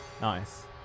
Nice